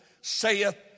saith